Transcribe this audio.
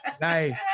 Nice